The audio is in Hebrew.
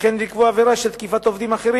וכן לקבוע עבירה של תקיפת עובדים אחרים